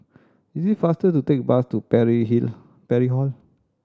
is it faster to take bus to Parry Hill Pary Hall